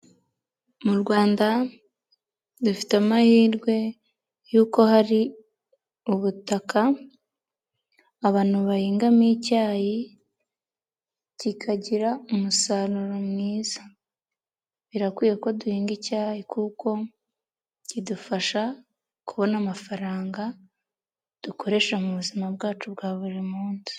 Mu Rwanda dufite amahirwe yuko hari ubutaka, abantu bahingamo icyayi, kikagira umusaruro mwiza. Birakwiye ko duhinga icyayi kuko kidufasha kubona amafaranga, dukoresha mu buzima bwacu bwa buri munsi.